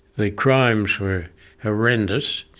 their crimes were horrendous.